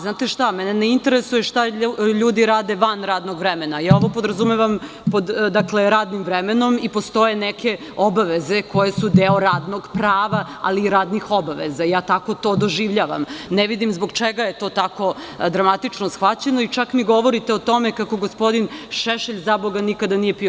Znate šta, mene ne interesuje šta ljudi rade van radnog vremena, ovo podrazumevam pod radim vremenom i postoje neke obaveze koje su deo radnog prava ali i radnih obaveza, ja tako to doživljavam, ne vidim zbog čega je to dramatično tako shvaćeno i čak mi govorite o tome kako gospodin Šešelj nikada nije pio.